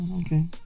okay